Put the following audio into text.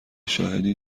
شاهدی